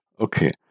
Okay